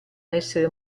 essere